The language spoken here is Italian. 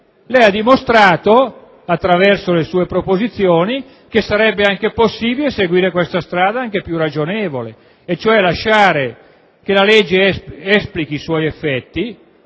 lei ha dimostrato, attraverso le sue proposizioni, che sarebbe possibile seguire questa strada, anche più ragionevole, e cioè lasciare che la legge esplichi i suoi effetti